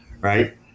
Right